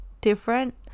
different